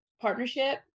partnership